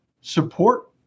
support